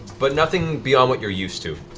but nothing beyond what you're used to.